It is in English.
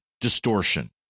distortion